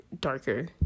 darker